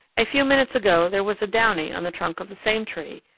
a few minutes ago there was a downy on the trunk of the same tree,